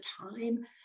time